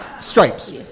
Stripes